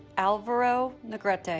alvaro negrete but